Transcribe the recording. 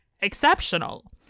exceptional